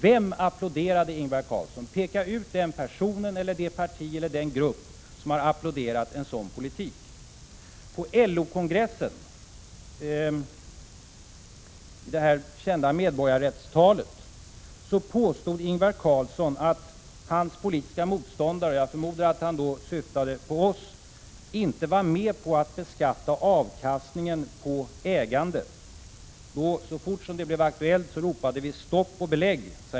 Vem applåderade, Ingvar Carlsson? Peka ut den person, det parti eller den grupp som har applåderat en sådan politik. På LO-kongressen, i det kända medborgarrättstalet, påstod Ingvar Carlsson att hans politiska motståndare — jag förmodar att han då syftade på oss — inte var med på att beskatta avkastningen på ägandet. Så fort det blev aktuellt skulle vi enligt honom ropa stopp och belägg.